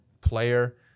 player